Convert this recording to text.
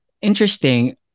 Interesting